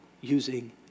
using